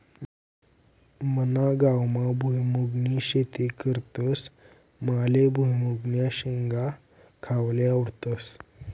मना गावमा भुईमुंगनी शेती करतस माले भुईमुंगन्या शेंगा खावाले आवडस